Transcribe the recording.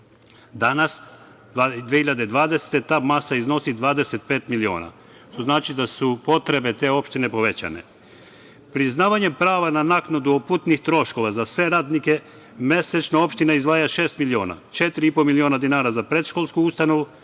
Danas, 2020. godine ta masa iznosi 25 miliona, što znači da su potrebe te opštine povećane. Priznavanjem prava na naknadu putnih troškova za sve radnike mesečno opština izdvaja šest miliona, četiri i po miliona dinara za predškolsku ustanovu